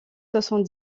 soixante